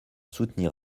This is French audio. soutenir